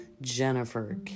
Jennifer